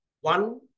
One